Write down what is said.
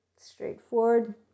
straightforward